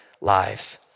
lives